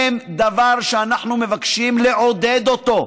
הם דבר שאנחנו מבקשים לעודד אותו.